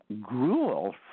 gruel